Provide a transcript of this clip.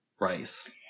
rice